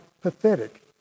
pathetic